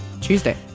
Tuesday